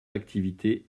d’activité